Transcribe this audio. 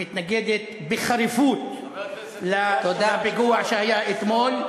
המתנגדת בחריפות לפיגוע שהיה אתמול.